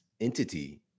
entity